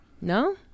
No